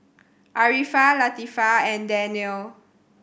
Arifa Latifa and Daniel